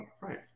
right